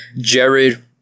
jared